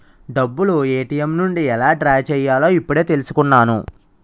డబ్బులు ఏ.టి.ఎం నుండి ఎలా డ్రా చెయ్యాలో ఇప్పుడే తెలుసుకున్నాను